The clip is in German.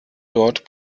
dort